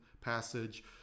passage